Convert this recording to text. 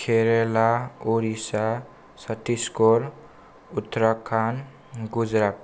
Kerala Orissa Chhattisgarh Uttarakhand Gujarat